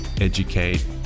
educate